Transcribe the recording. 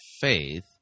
faith